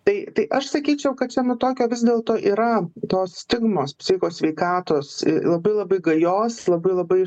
tai tai aš sakyčiau kad čia tokio vis dėlto yra tos stigmos psichikos sveikatos labai labai gajos labai labai